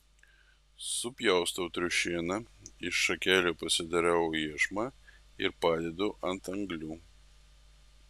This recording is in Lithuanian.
supjaustau triušieną iš šakelių pasidarau iešmą ir padedu ant anglių